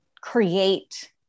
create